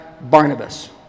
Barnabas